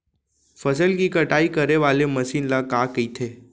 फसल की कटाई करे वाले मशीन ल का कइथे?